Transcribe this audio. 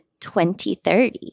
2030